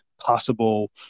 possible